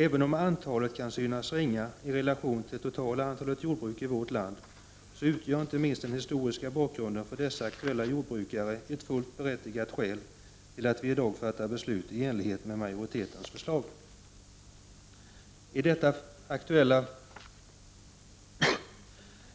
Även om antalet kan synas ringa i relation till det totala antalet jordbruk i vårt land, utgör inte minst den historiska bakgrunden för dessa aktuella jordbrukare ett fullt berättigat skäl till att vi i dag fattar beslut i enlighet med majoritetens förslag.